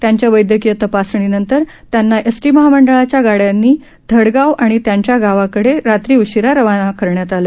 त्यांच्या वैद्यकीय तपासणीनंतर त्यांना एसटी महामंडळाच्या गाड्यांनी धडगाव आणि त्यांच्या गावकडे रात्री उशीरा रवाना करण्यात आलं